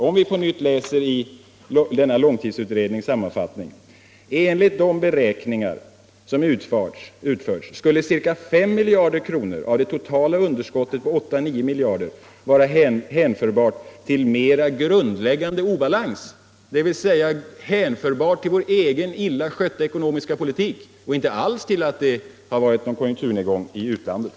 För att på nytt läsa ur denna långtidsutrednings sammanfattning så står det där, att enligt de beräkningar som utförts skulle ca 5 miljarder kronor av det totala underskottet på 8-9 miljarder kronor vara att hänföra till en mer grundläggande obalans, dvs. till vår egen lilla skötta ekonomiska politik och inte alls till att det har varit en konjunkturnedgång i utlandet.